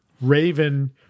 Raven